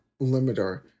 limiter